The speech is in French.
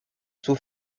sous